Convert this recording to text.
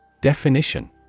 DEFINITION